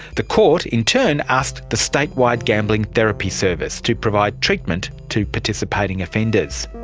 the court in turn asked the statewide gambling therapy service to provide treatment to participating offenders.